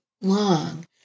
long